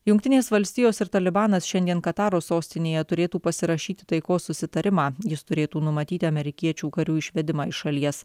jungtinės valstijos ir talibanas šiandien kataro sostinėje turėtų pasirašyti taikos susitarimą jis turėtų numatyti amerikiečių karių išvedimą iš šalies